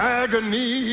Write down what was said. agony